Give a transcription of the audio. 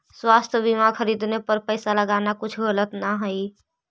स्वास्थ्य बीमा खरीदने पर पैसा लगाना कुछ गलत न हई